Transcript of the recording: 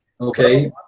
Okay